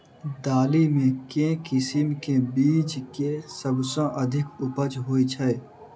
दालि मे केँ किसिम केँ बीज केँ सबसँ अधिक उपज होए छै?